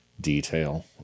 detail